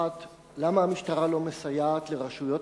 1. למה המשטרה לא מסייעת לרשויות